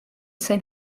sain